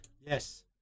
Yes